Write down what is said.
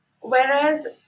whereas